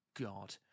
God